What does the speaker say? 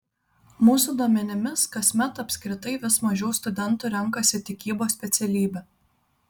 mūsų duomenimis kasmet apskritai vis mažiau studentų renkasi tikybos specialybę